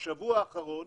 בשבוע האחרון